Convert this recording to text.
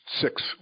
six